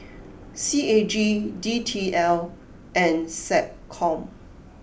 C A G D T L and SecCom